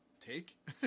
take